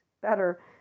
better